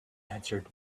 answered